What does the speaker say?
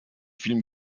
film